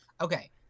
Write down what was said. Okay